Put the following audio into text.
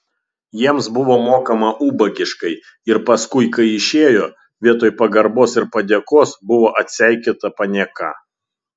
jiems buvo mokama ubagiškai ir paskui kai išėjo vietoj pagarbos ir padėkos buvo atseikėta panieka